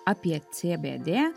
apie cbd